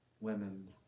women